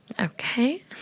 Okay